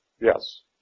yes